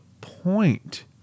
point